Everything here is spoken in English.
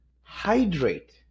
hydrate